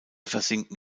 versinken